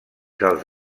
dels